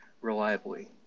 reliably